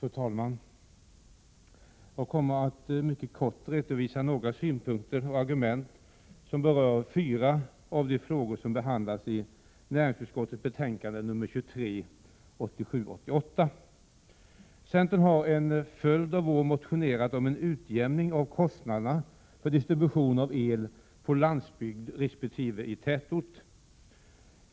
Fru talman! Jag kommer att mycket kort redovisa synpunkter och argument som berör fyra av de frågor som behandlas i näringsutskottets betänkande 1987/88:23. Centern har under en följd av år motionerat om en utjämning av kostnaderna för distribution av el på landsbygd resp. i tätort.